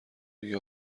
دیگه